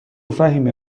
فهیمه